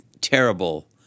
terrible